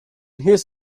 his